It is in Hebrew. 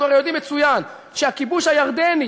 אנחנו הרי יודעים מצוין שהכיבוש הירדני